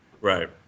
Right